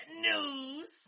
news